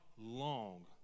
long